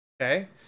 okay